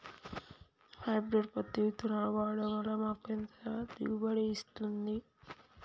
Hybrid పత్తి విత్తనాలు వాడడం వలన మాకు ఎంత దిగుమతి వస్తుంది?